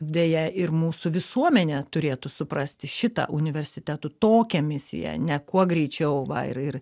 deja ir mūsų visuomenė turėtų suprasti šitą universitetų tokią misiją ne kuo greičiau va ir ir